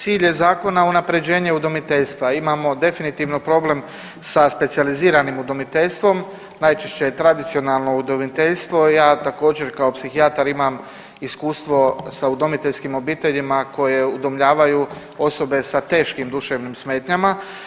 Cilj je zakona unapređenje udomiteljstva, imamo definitivno problem sa specijaliziranim udomiteljstvom, najčešće je tradicionalno udomiteljstvo i ja također kao psihijatar imam iskustvo sa udomiteljskim obiteljima koje udomljavaju osobe sa teškim duševnim smetnjama.